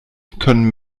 können